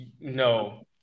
No